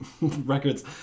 records